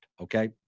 okay